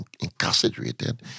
incarcerated